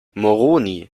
moroni